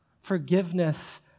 forgiveness